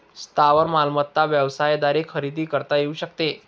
स्थावर मालमत्ता व्यवसायाद्वारे खरेदी करता येऊ शकते